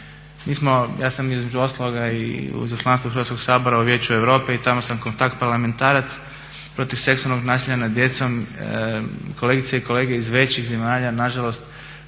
Ja sam između ostaloga i u izaslanstvu Hrvatskog sabora u Vijeću Europe i tamo sam kontakt parlamentarac protiv seksualnog nasilja nad djecom, kolegice i kolege iz većih zemalja nažalost